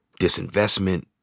disinvestment